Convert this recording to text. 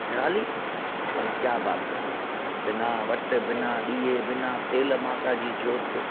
निराली माना क्या बात है बिना वटि बिना ॾीए बिना तेल माता जी जोति